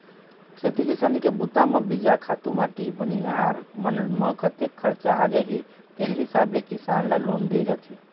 खेती किसानी के बूता म बीजा, खातू माटी बनिहार मन म कतेक खरचा आ जाही तेन हिसाब ले किसान ल लोन दे जाथे